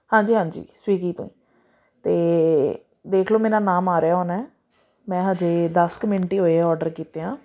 ਹਾਂਜੀ ਹਾਂਜੀ ਸਵਿਗੀ ਤੋਂ ਹੀ ਅਤੇ ਦੇਖ ਲਓ ਮੇਰਾ ਨਾਮ ਆ ਰਿਹਾ ਹੋਣਾ ਮੈਂ ਹਜੇ ਦਸ ਕੁ ਮਿੰਟ ਹੀ ਹੋਏ ਔਡਰ ਕੀਤਿਆਂ